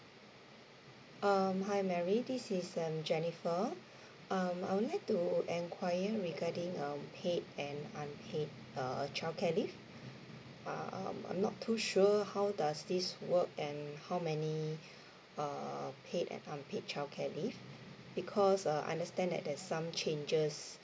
um hi mary this is um jennifer um I would like to enquire regarding um paid and unpaid uh childcare leave um I'm not too sure how does this work and how many err paid and unpaid childcare leave because uh understand that there's some changes